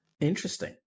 interesting